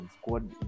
squad